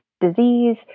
disease